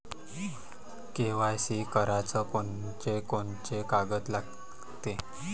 KYC कराच कोनचे कोनचे कागद लागते?